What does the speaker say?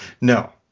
No